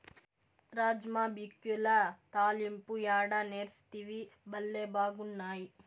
రాజ్మా బిక్యుల తాలింపు యాడ నేర్సితివి, బళ్లే బాగున్నాయి